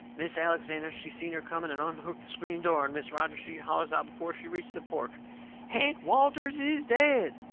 mis' alexander, she seen her coming and unhooked the screen door, and mis' rogers she hollers out before she reached the porch hank walters is dead.